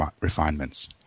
refinements